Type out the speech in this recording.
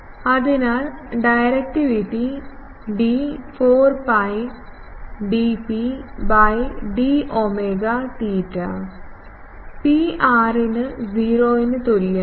അതിനാൽ directivity D 4 pi dP by d omega theta Pr ന് 0 ന് തുല്യമാണ്